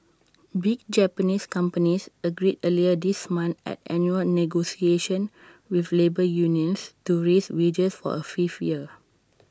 big Japanese companies agreed earlier this month at annual negotiations with labour unions to raise wages for A fifth year